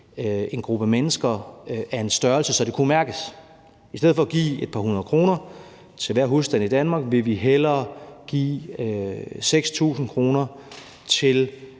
en gruppe mennesker af en størrelse, så det kunne mærkes. I stedet for at give et par hundrede kroner til hver husstand i Danmark vil vi hellere give 6.000 kr. til